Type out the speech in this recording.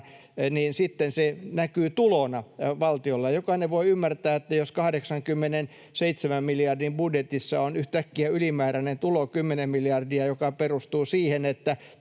sitten se näkyy tulona valtiolle. Jokainen voi ymmärtää, että jos 87 miljardin budjetissa on yhtäkkiä ylimääräinen tulo 10 miljardia, joka perustuu siihen, että